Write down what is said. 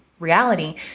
reality